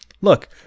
look